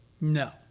No